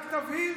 רק תבהיר,